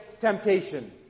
temptation